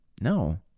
No